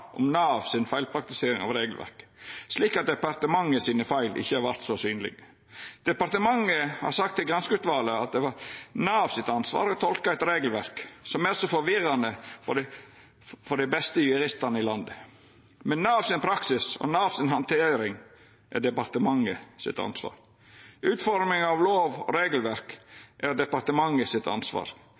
om Nav si feilpraktisering av regelverket, slik at departementet sine feil ikkje vert så synlege. Departementet har sagt til granskingsutvalet at det var Nav sitt ansvar å tolka eit regelverk som er forvirrande for dei beste juristane i landet. Men Nav sin praksis og Nav si handtering er departementet sitt ansvar. Utforming av lov og regelverk er departementet sitt ansvar.